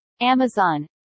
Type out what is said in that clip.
Amazon